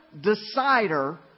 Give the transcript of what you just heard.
decider